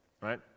right